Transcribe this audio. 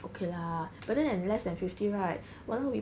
okay lah but then less than fifty right !walao! we